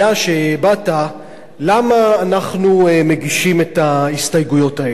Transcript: שהבעת למה אנחנו מגישים את ההסתייגויות האלה.